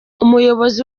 umuyobozi